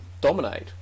dominate